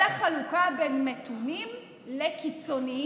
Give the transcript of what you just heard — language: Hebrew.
אלא חלוקה בין מתונים לקיצונים.